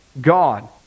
God